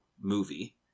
movie